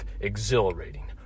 exhilarating